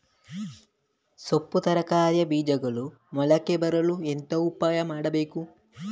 ಸೊಪ್ಪು ತರಕಾರಿಯ ಬೀಜಗಳು ಮೊಳಕೆ ಬರಲು ಎಂತ ಉಪಾಯ ಮಾಡಬೇಕು?